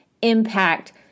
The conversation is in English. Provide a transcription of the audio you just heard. Impact